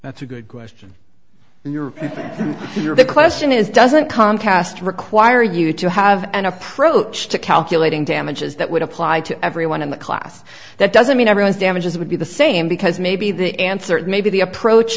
that's a good question in your your question is doesn't comcast require you to have an approach to calculating damages that would apply to everyone in the class that doesn't mean everyone's damages would be the same because maybe the answer maybe the approach